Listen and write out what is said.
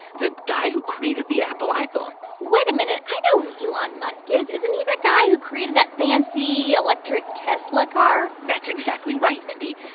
the guy who created the apple iphone wait a minute. i know who elon musk is. isn't he that guy who created that fancy electric tesla car? that's exactly right, mindy.